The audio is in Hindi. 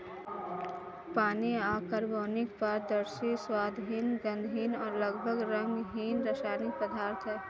पानी अकार्बनिक, पारदर्शी, स्वादहीन, गंधहीन और लगभग रंगहीन रासायनिक पदार्थ है